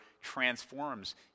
transforms